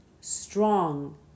strong